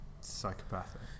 Psychopathic